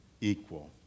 equal